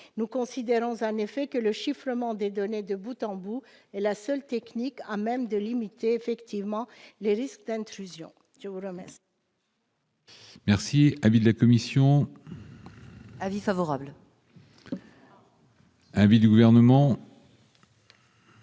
Nous considérons en effet que le chiffrement des données de bout en bout est la seule technique à même de limiter les risques d'intrusion. Quel